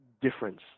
difference